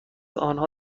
آنها